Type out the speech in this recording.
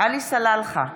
עלי סלאלחה,